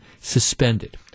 suspended